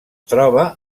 troba